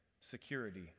security